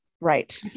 right